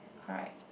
correct